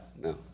No